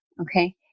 Okay